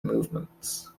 movements